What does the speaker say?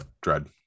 dread